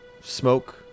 smoke